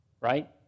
right